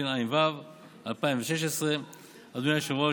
התשע"ו 2016. אדוני היושב-ראש,